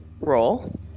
roll